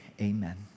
amen